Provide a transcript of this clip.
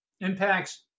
impacts